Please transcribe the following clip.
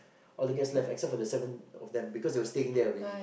all the guest left except for the seven of them because they were staying there already